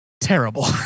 terrible